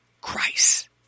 Christ